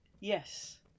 Yes